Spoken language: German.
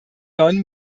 neuen